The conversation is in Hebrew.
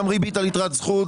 גם ריבית על יתרת זכות,